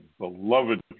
beloved